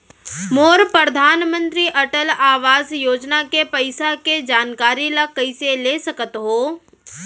मोर परधानमंतरी अटल आवास योजना के पइसा के जानकारी ल कइसे ले सकत हो?